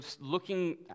looking